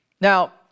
Now